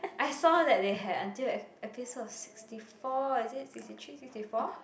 I saw that they had until ep~ episode sixty four is it sixty three sixty four